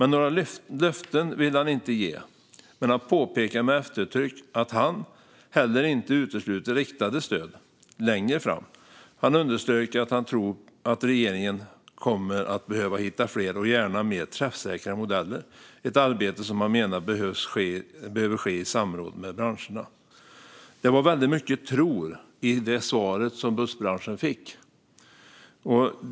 Några löften ville han inte ge, men han påpekade med eftertryck att han heller inte utesluter riktade stöd längre fram. Han underströk att han tror att regeringen kommer att behöva hitta fler och gärna mer träffsäkra modeller, ett arbete som han menade behöver ske i samråd med branscherna." Det var väldigt mycket "tror" i det svar som bussbranschen fick.